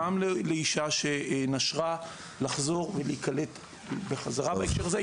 גם לאישה שנשרה לחזור ולהיקלט בחזרה בהקשר הזה.